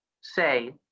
say